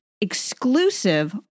exclusive